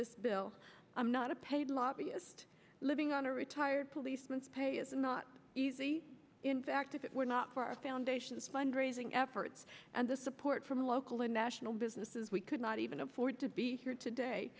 this bill i'm not a paid lobbyist living on a retired policeman pay is not easy in fact if it were not for our foundations fundraising efforts and the support from local and national businesses we could not even afford to be here today